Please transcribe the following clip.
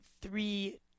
three